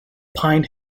pine